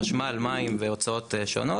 חשמל מים והוצאות שונות.